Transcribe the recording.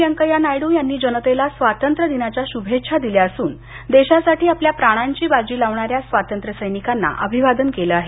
वेंकय्या नायडू यांनी जनतेला स्वातंत्र्यदिनाच्या शुभेच्छा दिल्या असून देशासाठी आपल्या प्राणांची बाजी लावणाऱ्या स्वातंत्र्यसैनिकांना अभिवादन केलं आहे